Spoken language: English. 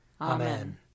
Amen